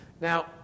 Now